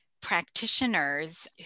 practitioners